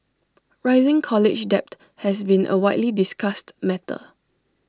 rising college debt has been A widely discussed matter